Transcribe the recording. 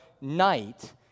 night